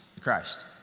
Christ